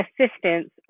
assistance